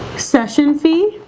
session fee